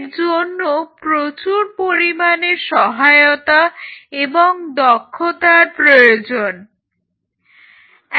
এর জন্য প্রচুর পরিমাণে সহায়তা এবং দক্ষতার প্রয়োজন হয়